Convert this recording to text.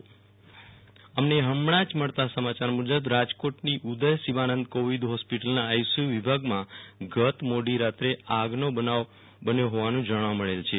Viral Rana Rajkot hospital આગ અમને હમણાં જ મળતા સમાચાર મુજબ રાજકોટની ઉદય શિવાનંદ કોવીડહોસ્પીટલના આઈસીયુ વિભાગમાં ગત મોડી રાત્રે આગ લાગી હોવાનું જાણવા મળેલ છે